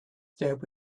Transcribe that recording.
there